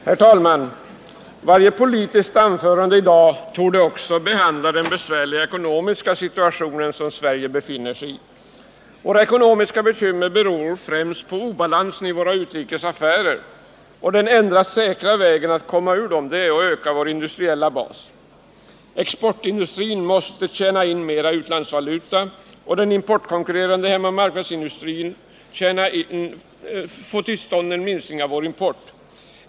Herr talman! Varje politiskt anförande i dag torde också behandla den besvärliga ekonomiska situation Sverige befinner sig i. Våra ekonomiska bekymmer beror främst på obalansen i våra utrikes affärer, och den enda säkra vägen att komma ur dem är att öka vår industriella bas. Exportindustrin måste tjäna in mer utlandsvaluta och den importkonkurrerande hemmamarknadsindustrin få till stånd en minskning av vår import.